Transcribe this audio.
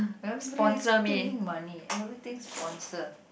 everything money everything sponsor